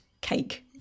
cake